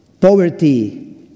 poverty